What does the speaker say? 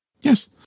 yes